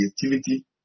creativity